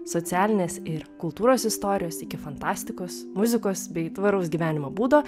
socialinės ir kultūros istorijos iki fantastikos muzikos bei tvaraus gyvenimo būdo